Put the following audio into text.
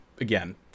Again